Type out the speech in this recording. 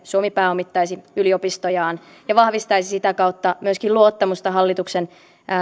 suomi pääomittaisi yliopistojaan ja vahvistaisi sitä kautta myöskin luottamusta hallituksen